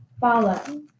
follow